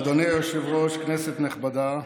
אדוני היושב-ראש, כנסת נכבדה,